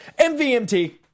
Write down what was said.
MVMT